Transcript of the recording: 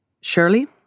Shirley